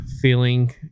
feeling